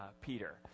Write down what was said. Peter